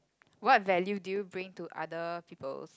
what value do you bring to other peoples